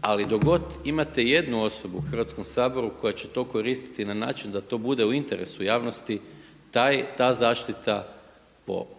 ali dok god imate jednu osobu u Hrvatskom saboru koja će to koristiti na način da to bude u interesu javnosti ta zaštita